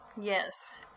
Yes